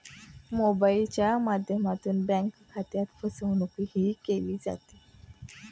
मोबाइलच्या माध्यमातून बँक खात्यात फसवणूकही केली जाते